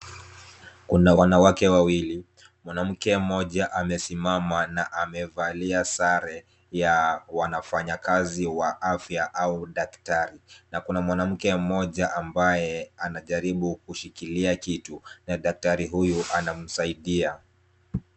Kuna wanawake wawili. Mwanamke mmoja amesimama na amevalia sare ya wanafanyakazi wa afya au daktari. Na kuna mwanamke mmoja ambaye anajaribu kushikilia kitu na daktari huyu anamsaidia.